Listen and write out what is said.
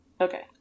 okay